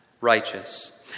righteous